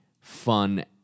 fun